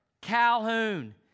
Calhoun